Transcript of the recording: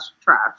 trash